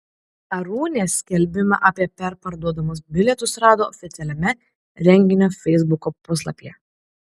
arūnė skelbimą apie perparduodamus bilietus rado oficialiame renginio feisbuko puslapyje